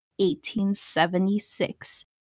1876